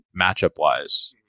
matchup-wise